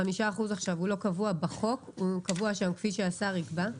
חמשת האחוזים עכשיו הם לא קבועים בחוק אלא נאמר כפי שהשר יקבע.